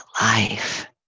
life